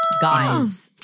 guys